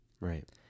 right